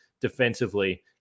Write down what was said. defensively